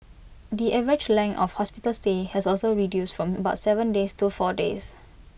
the average length of hospital stay has also reduced from about Seven days to four days